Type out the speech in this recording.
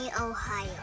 Ohio